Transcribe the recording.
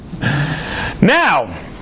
Now